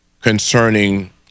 concerning